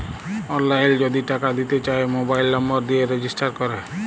অললাইল যদি টাকা দিতে চায় মবাইল লম্বর দিয়ে রেজিস্টার ক্যরে